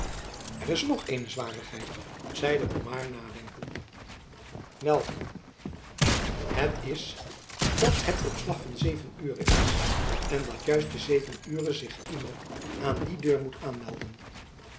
er is nog eene zwarigheid zeide pomard nadenkende welke het is dat het op slag van zeven ure is en dat juist te zeven ure zich iemand aan die deur moet aanmelden